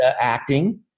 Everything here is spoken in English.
acting